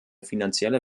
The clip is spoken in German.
finanzielle